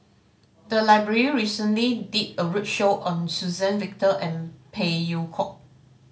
the library recently did a roadshow on Suzann Victor and Phey Yew Kok